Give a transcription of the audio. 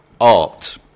art